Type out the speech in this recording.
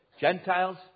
Gentiles